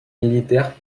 militaire